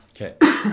Okay